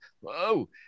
Whoa